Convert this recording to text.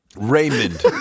Raymond